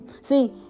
See